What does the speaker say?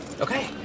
Okay